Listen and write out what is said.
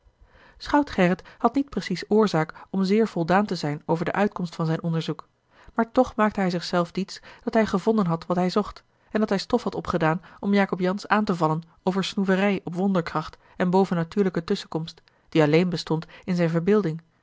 schout gerrit had niet precies oorzaak om zeer voldaan te zijn over de uitkomst van zijn onderzoek maar toch maakte hij zich zelf diets dat hij gevonden had wat hij zocht en dat hij stof had opgedaan om jacob jansz aan te vallen over snoeverij op wonderkracht en bovennatuurlijke tusschenkomst die alleen bestond in zijne verbeelding